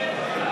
הצעת